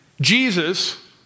Jesus